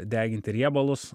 deginti riebalus